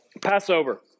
Passover